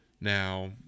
Now